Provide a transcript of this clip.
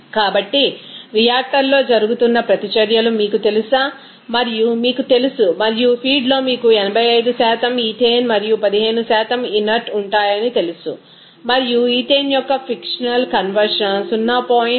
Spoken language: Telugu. కాబట్టి రియాక్టర్లో జరుగుతున్న ప్రతిచర్యలు మీకు తెలుసా మరియు మీకు తెలుసు మరియు ఫీడ్లో మీకు 85 ఈథేన్ మరియు 15 ఇనర్ట్ ఉంటాయని తెలుసు మరియు ఈథేన్ యొక్క ఫిక్షనల్ కన్వర్షన్ 0